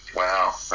wow